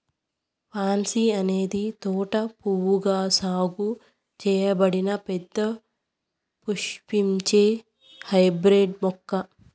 pansy అనేది తోట పువ్వుగా సాగు చేయబడిన పెద్ద పుష్పించే హైబ్రిడ్ మొక్క